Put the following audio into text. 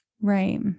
right